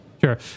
Sure